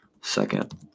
second